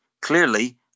clearly